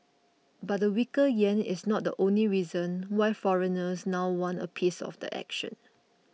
but the weaker yen is not the only reason why foreigners now want a piece of the action